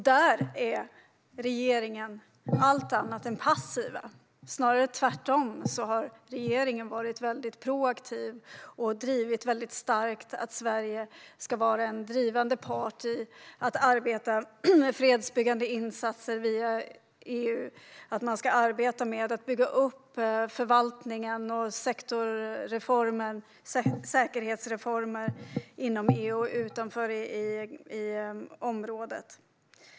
Där är regeringen allt annat än passiv. Snarare har regeringen varit väldigt proaktiv och arbetat för att Sverige ska vara en drivande part när det gäller fredsbyggande insatser via EU. Det handlar om att man ska arbeta med att bygga upp förvaltningen och säkerhetsreformer inom EU och i området utanför.